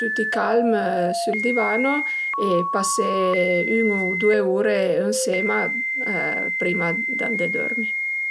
tüti calm sül divano e pasé ün u due ure ënsema prima d'andé dörmi